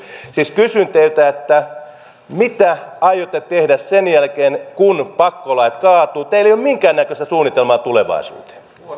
siis kysyn teiltä mitä aiotte tehdä sen jälkeen kun pakkolait kaatuvat teillä ei ole minkäännäköistä suunnitelmaa tulevaisuuteen